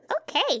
okay